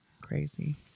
crazy